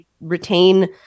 retain